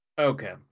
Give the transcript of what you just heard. Okay